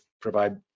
provide